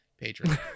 patron